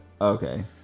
Okay